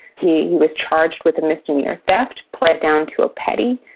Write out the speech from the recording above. he he was charged with a misdemeanour theft, pleaded down to a petty,